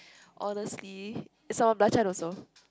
honestly sambal-belacan also